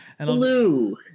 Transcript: blue